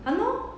!hannor!